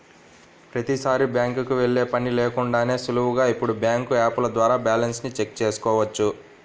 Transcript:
ప్రతీసారీ బ్యాంకుకి వెళ్ళే పని లేకుండానే సులువుగా ఇప్పుడు బ్యాంకు యాపుల ద్వారా బ్యాలెన్స్ ని చెక్ చేసుకోవచ్చు